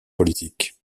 politiques